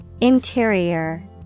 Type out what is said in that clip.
Interior